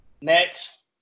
next